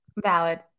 Valid